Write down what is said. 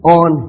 on